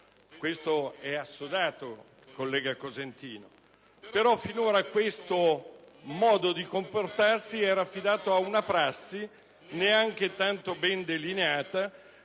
ciò è assodato, collega Cosentino.